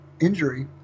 injury